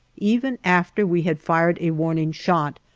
even after we had fired a warning shot,